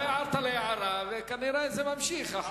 אתה הערת לה הערה וכנראה זה ממשיך.